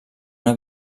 una